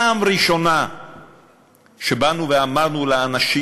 פעם ראשונה שבאנו ואמרנו לאנשים,